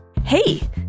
Hey